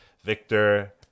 Victor